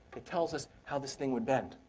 it tells us how this thing would bend,